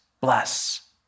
Bless